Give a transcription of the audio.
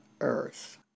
earth